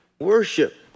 worship